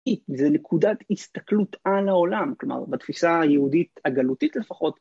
זה נקודת הסתכלות על העולם, כלומר, בתפיסה היהודית הגלותית לפחות.